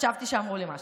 חשבתי שאמרו לי משהו.